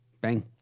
Bang